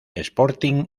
sporting